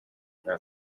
not